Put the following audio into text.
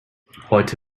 heute